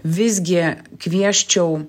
visgi kviesčiau